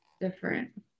different